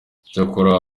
icyakora